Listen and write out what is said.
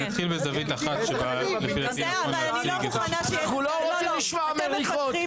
אנחנו לא רוצים לשמוע מריחות.